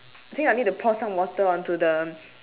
think I need to pour some water onto the